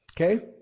Okay